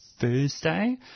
Thursday